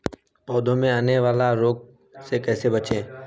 पौधों में आने वाले रोग से कैसे बचें?